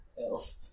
elf